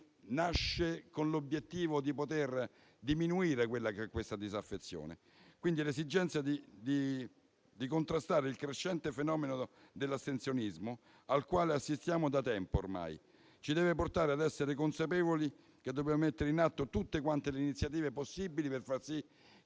con l'obiettivo di diminuire questa disaffezione. L'esigenza di contrastare il crescente fenomeno dell'astensionismo, al quale assistiamo ormai da tempo, ci deve portare ad essere consapevoli che dobbiamo mettere in atto tutte le iniziative possibili per